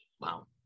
Wow